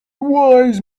wise